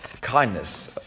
kindness